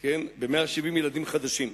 ב-170 ילדים חדשים.